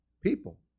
People